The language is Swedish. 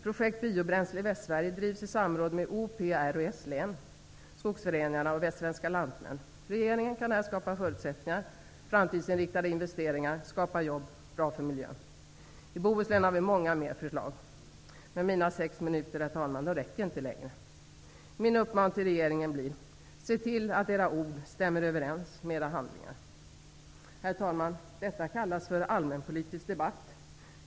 Projekt biobränsle i Västsverige drivs i samråd mellan O, P, R och S län, skogsföreningarna och Västsvenska lantmän. Regeringen kan här skapa förutsättningar för framtidsinriktade investeringar som skapar jobb och som är bra för miljön. I Bohuslän har vi många fler bra förslag, men mina sex minuter, herr talman, räcker inte till fler. Min uppmaning till regeringen blir: Se till att era ord stämmer överens med era handlingar! Herr talman! Detta kallas för allmänpolitisk debatt.